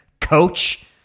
coach